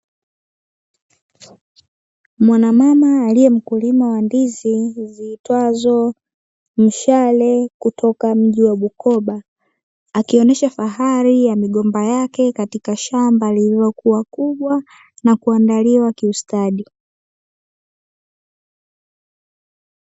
Mwanamama aliyemkulima wa ndizi ziitwazo mshale kutoka mji wa Bukoba, akionyesha fahari ya migomba yake katika shamba lililokua kubwa na kuandaliwa kiustadi.